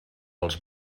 als